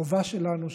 החובה שלנו,